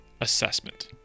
assessment